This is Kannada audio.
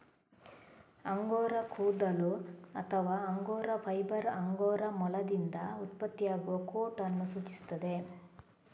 ಅಂಗೋರಾ ಕೂದಲು ಅಥವಾ ಅಂಗೋರಾ ಫೈಬರ್ ಅಂಗೋರಾ ಮೊಲದಿಂದ ಉತ್ಪತ್ತಿಯಾಗುವ ಕೋಟ್ ಅನ್ನು ಸೂಚಿಸುತ್ತದೆ